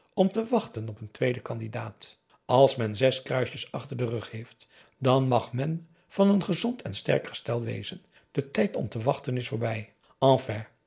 om te wachten op een tweeden candidaat als men zes kruisjes achter den rug heeft dan mag men van een gezond en sterk gestel wezen de tijd om te wachten is voorbij